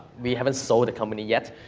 we haven't sold the company yet.